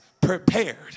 prepared